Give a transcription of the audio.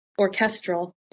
orchestral